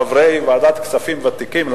חברי ועדת כספים ותיקים,